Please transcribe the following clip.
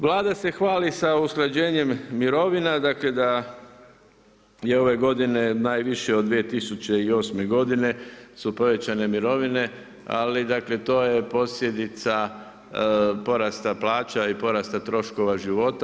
Vlada se hvali sa usklađenjem mirovina, dakle da je ove godine najviše od 2008. godine su povećane mirovine, ali dakle to je posljedica porasta plaća i porasta troškova života.